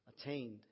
attained